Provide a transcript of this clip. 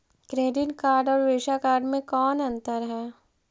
Credit card और Visa card मे कौन अन्तर है?